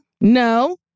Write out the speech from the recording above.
No